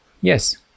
Yes